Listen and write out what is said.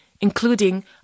Including